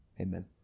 amen